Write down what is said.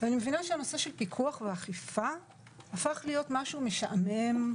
ואני מבינה שנושא הפיקוח והאכיפה הפך להיות משהו משעמם,